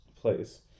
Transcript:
place